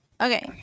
okay